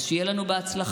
אז שיהיה לנו בהצלחה.